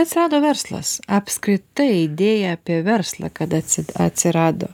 atsirado verslas apskritai idėja apie verslą kada atsi atsirado